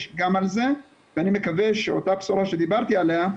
גם על זה ואני מקווה שאותה בשורה שדיברתי עליה,